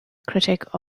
critic